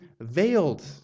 veiled